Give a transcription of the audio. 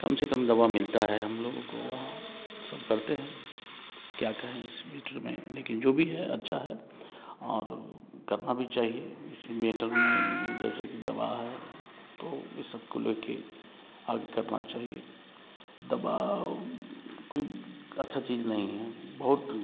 कम से कम दवा मिलता है हम लोगों को वहाँ सब करते हैं क्या कहें इस मेटर में लेकिन जो भी है अच्छा है और करना भी चाहिए इस मेटर में जैसे कि दवा है तो ये सब को लेके आगे करना चाहिए दवा कोई अच्छा चीज़ नहीं है बहुत